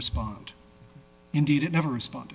respond indeed it never respon